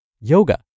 Yoga